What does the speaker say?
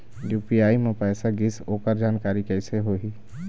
UPI म पैसा गिस ओकर जानकारी कइसे होही?